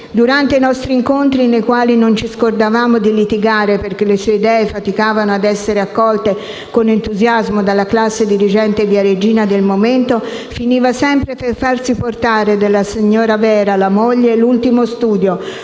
Durante i nostri incontri, nei quali non ci scordavamo di litigare perché le sue idee faticavano a essere accolte con entusiasmo dalla classe dirigente viareggina del momento, finiva sempre per farsi portare dalla signora Vera, la moglie, l'ultimo studio,